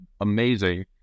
amazing